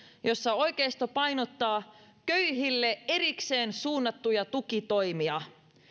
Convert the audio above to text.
jossa oikeisto painottaa köyhille erikseen suunnattuja tukitoimia